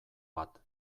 bat